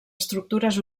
estructures